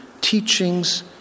teachings